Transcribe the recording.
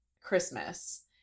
Christmas